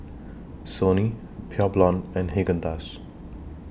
Sony Pure Blonde and Haagen Dazs